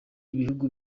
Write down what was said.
ibihugu